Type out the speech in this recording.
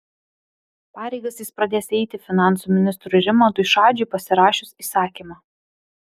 pareigas jis pradės eiti finansų ministrui rimantui šadžiui pasirašius įsakymą